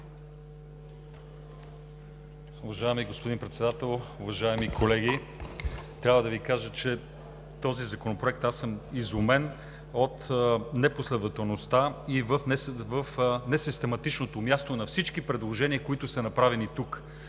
Уважаеми господин Председател, уважаеми колеги! Трябва да Ви кажа, че в този законопроект аз съм изумен от непоследователността и несистематичното място на всички предложения, които са направени тук.